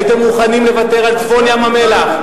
הייתם מוכנים לוותר על צפון ים המלח,